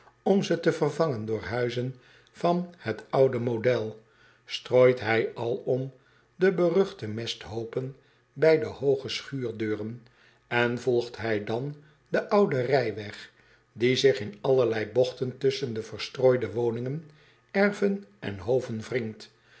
om ze te vervangen door huizen van het oude model strooit hij alom de beruchte mesthoopen bij de hooge schuurdeuren en volgt hij dan den ouden rijweg die zich in allerlei bogten tusschen de verstrooide woningen erven en hoven